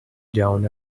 down